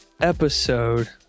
episode